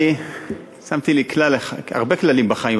אני שמתי לי הרבה כללים בחיים,